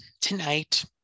tonight